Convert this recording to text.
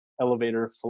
elevator